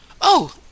Oh